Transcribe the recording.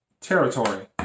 territory